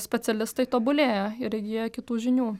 specialistai tobulėja ir įgyja kitų žinių